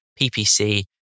PPC